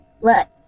look